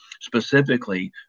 specifically